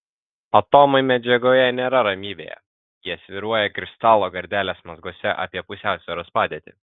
atomai medžiagoje nėra ramybėje jie svyruoja kristalo gardelės mazguose apie pusiausvyros padėtį